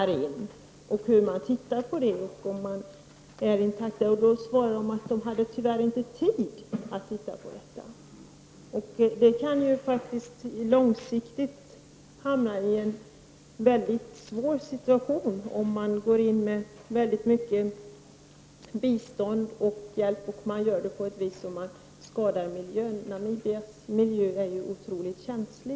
Vi frågade hur man såg på den saken men fick till svar att man inte hade tid att studera den. Det kan på lång sikt uppkomma en mycket svår situation, om man till följd av ett stort bistånd och annan hjälp bidrar till att skada miljön i Namibia. Miljön där är ju otroligt känslig.